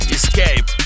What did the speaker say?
escape